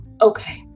Okay